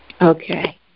Okay